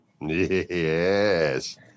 Yes